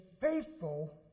faithful